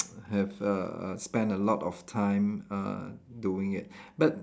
have a a spend a lot of time uh doing it but